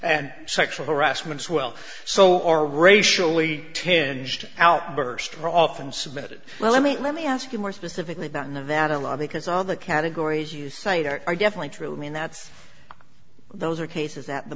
and sexual harassment as well so are racially ten judged outburst are often submitted well let me let me ask you more specifically about nevada law because all the categories you cite are are definitely true i mean that's those are cases that the